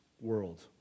world